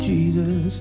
Jesus